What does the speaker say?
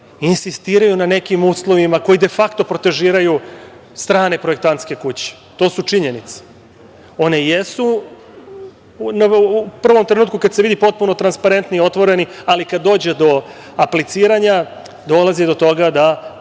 insistiraju na nekim uslovima koji defakto protežiraju strane projektantske kuće. To su činjenice. One jesu u prvom trenutku, kada se vidi, potpuno transparentni i otvoreni, ali kada dođe do apliciranja dolazi do toga da